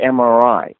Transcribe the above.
MRI